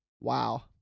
Wow